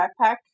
backpack